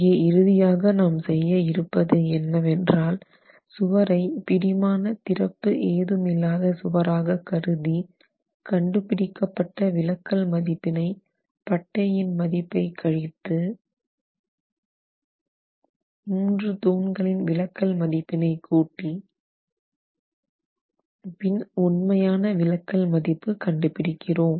இங்கே இறுதியாக நாம் செய்ய இருப்பது என்னவென்றால் சுவரை பிடி மான திறப்பு ஏதுமில்லாத சுவராக கருதி கண்டு பிடிக்கப்பட்ட விலக்கல் மதிப்பினை பட்டை இன் மதிப்பை கழித்து 3 தூண்களின் விலக்கல் மதிப்பினை கூட்டி பின் உண்மையான விலக்கல் மதிப்பு கண்டுபிடிக்கிறோம்